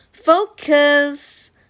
focus